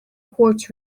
quartz